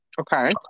Okay